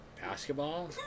basketball